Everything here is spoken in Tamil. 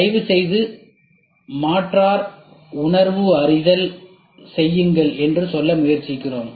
தயவுசெய்து மாற்றார் உணர்வு அறிதலை செய்யுங்கள் என்று சொல்ல முயற்சிக்கிறோம்